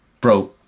Bro